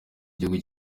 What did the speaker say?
gihugu